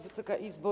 Wysoka Izbo!